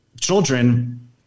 children